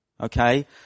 okay